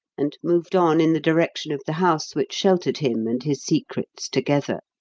and moved on in the direction of the house which sheltered him and his secrets together.